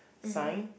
sign